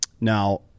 Now